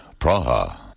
Praha